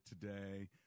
today